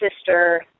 sister